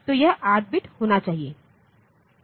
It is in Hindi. तो यह 8 बिट होना चाहिए